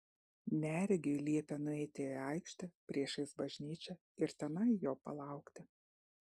neregiui liepė nueiti į aikštę priešais bažnyčią ir tenai jo palaukti